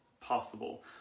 Possible